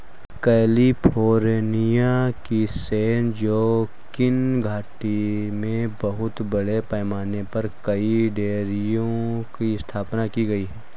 California की San Joaquin घाटी में बहुत बड़े पैमाने पर कई डेयरियों की स्थापना की गई है